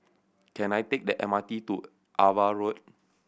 can I take the M R T to Ava Road